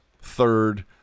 third